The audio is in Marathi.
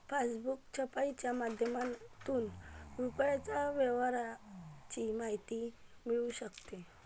पासबुक छपाईच्या माध्यमातून रुपयाच्या व्यवहाराची माहिती मिळू शकते